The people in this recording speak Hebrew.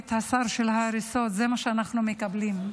"שר ההריסות" זה מה שאנחנו מקבלים.